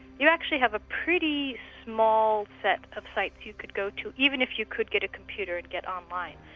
you actually have a pretty small set of sites you could go to, even if you could get a computer and get online.